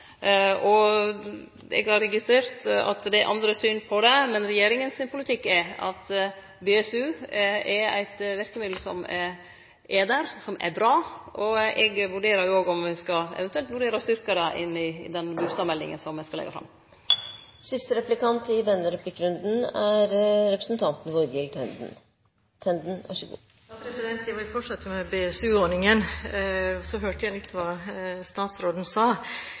Eg har registrert at det er andre syn på det, men regjeringa sin politikk er at BSU er eit verkemiddel som er der, og som er bra. Eg vurderer òg om me eventuelt skal vurdere å styrkje ordninga i samband med den bustadmeldinga eg skal leggje fram. Jeg vil fortsette med BSU-ordningen, og jeg hørte hva statsråden sa. Som jeg sa i mitt innlegg, er